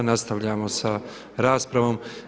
Nastavljamo sa raspravom.